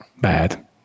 Bad